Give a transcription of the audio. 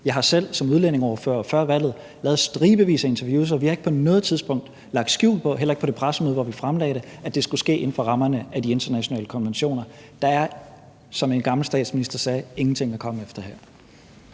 Jeg har selv som udlændingeordfører før valget lavet stribevis af interviews, og vi har ikke på noget tidspunkt lagt skjul på, heller ikke på det pressemøde, hvor vi fremlagde det, at det skulle ske inden for rammerne af de internationale konventioner. Der er, som en gammel statsminister sagde, ingenting at komme efter her.